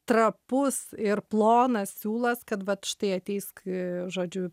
trapus ir plonas siūlas kad vat štai ateis žodžiu